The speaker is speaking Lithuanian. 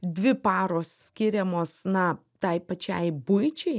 dvi paros skiriamos na tai pačiai buičiai